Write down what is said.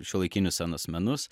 šiuolaikinius scenos menus